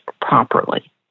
properly